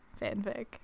fanfic